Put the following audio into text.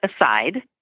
Aside